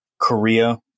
Korea